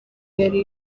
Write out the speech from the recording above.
yari